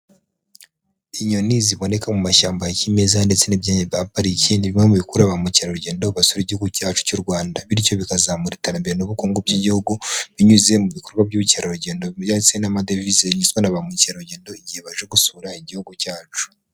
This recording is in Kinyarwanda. Inyoni ziboneka mu mashyamba ya kimeza ndetse n'ibyanya bya pariki ni bimwe mu bikurura ba mukerarugendo basura igihugu cyacu cy'u Rwanda bityo bikazamura iterambere n'ubukungu bw'igihugu binyuze mu bikorwa by'ubukerarugendo, ndetse n'amadevize bizanwa na ba mukerarugendo igihe baje gusura igihugu cyacu.